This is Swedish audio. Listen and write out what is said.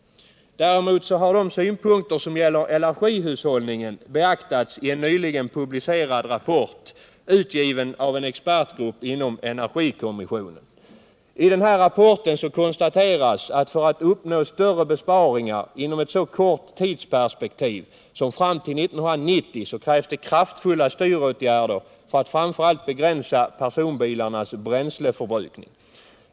Däremot har de synpunkter som gäller energihushållningen beaktats 123 i en nyligen publicerad rapport, utgiven av en expertgrupp inom energikommissionen. I rapporten konstateras, att för att uppnå större besparingar inom en så kort tidsperiod som fram till år 1990, krävs det kraftfulla styråtgärder för att framför allt begränsa personbilarnas bränsleförbrukning.